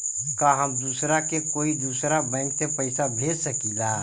का हम दूसरा के कोई दुसरा बैंक से पैसा भेज सकिला?